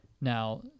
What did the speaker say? Now